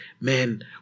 man